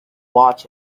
watch